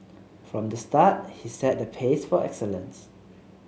from the start he set the pace for excellence